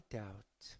doubt